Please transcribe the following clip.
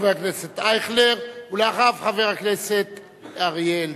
חבר הכנסת אייכלר, ואחריו, חבר הכנסת אריה אלדד.